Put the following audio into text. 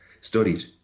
studied